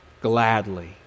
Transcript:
gladly